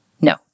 No